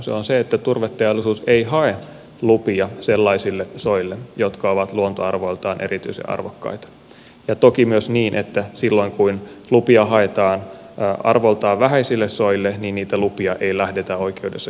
se on se että turveteollisuus ei hae lupia sellaisille soille jotka ovat luontoarvoiltaan erityisen arvokkaita toki myös niin että silloin kun lupia haetaan arvoltaan vähäisille soille niitä lupia ei lähdetä oikeudessa kyseenalaistamaan